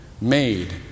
made